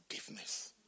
forgiveness